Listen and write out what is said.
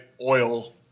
oil